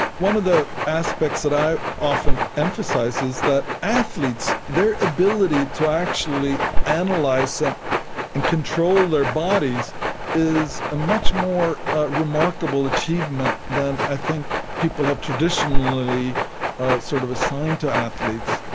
one of the aspects that i often emphasise is that athletes their ability to actually and like analyse and control their bodies is a much more remarkable achievement than i think people have traditionally sort of assigned to athletes.